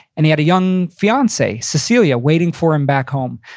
and he had a young fiancee, cecilia waiting for him back home.